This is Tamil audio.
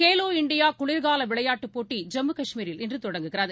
கேலோ இந்தியாகுளிகாலவிளையாட்டுப் போட்டி ஜம்மு கஷ்மீரில் இன்றுதொடங்குகிறது